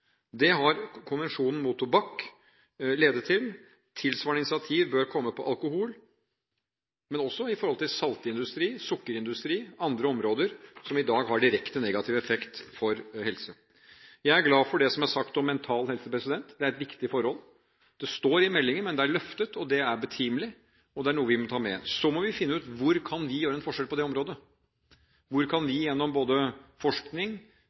Det har konvensjonen mot tobakk ledet til, og tilsvarende initiativ bør komme når det gjelder alkohol, men også når det gjelder saltindustrien, sukkerindustrien og andre områder som i dag har direkte negativ effekt for helse. Jeg er glad for det som er sagt om mental helse. Det er et viktig forhold. Det står i meldingen, men det er løftet fram, og det er betimelig, og det er noe vi må ta med. Så må vi finne ut hvor vi kan gjøre en forskjell på det området. Hvor kan vi bidra gjennom både forskning,